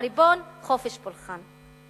חופש פולחן.